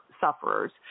sufferers